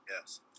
yes